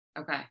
Okay